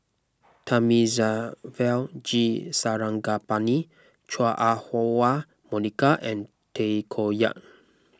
Thamizhavel G Sarangapani Chua Ah Huwa Monica and Tay Koh Yat